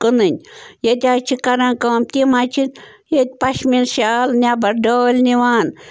کٕنٕنۍ ییٚتہِ حظ چھِ کران کٲم تِم حظ چھِ ییٚتہِ پشمیٖن شال نٮ۪بَر ڈٲلۍ نِوان